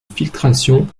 filtration